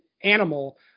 animal